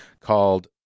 Called